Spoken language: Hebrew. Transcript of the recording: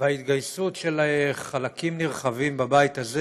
וההתגייסות של חלקים נרחבים בבית הזה